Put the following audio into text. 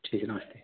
ठिगना है